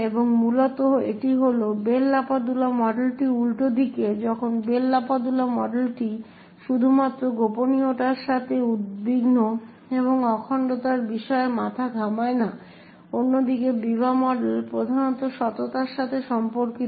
এবং মূলত এটি হল বেল লাপাডুলা মডেলটি উল্টোদিকে যখন বেল লাপাডুলা মডেলটি শুধুমাত্র গোপনীয়তার সাথে উদ্বিগ্ন এবং অখণ্ডতার বিষয়ে মাথা ঘামায় না অন্যদিকে বিবা মডেল প্রধানত সততার সাথে সম্পর্কিত